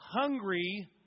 hungry